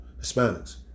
Hispanics